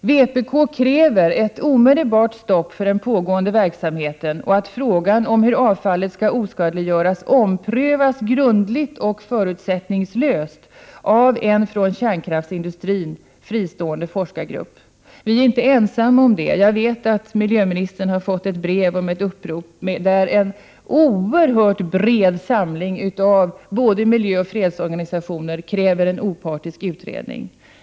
Vpk kräver ett omedelbart stopp för den pågående verksamheten, och att frågan om hur avfallet skall oskadliggöras omprövas grundligt och förutsättningslöst av en från kärnkraftsindustrin fristående forskargrupp. Vi är inte ensamma om detta krav. Jag vet att miljöministern har fått ett brev med ett upprop från en oehört bred samling av miljöoch fredsorganisationer, som kräver en opartisk utredning.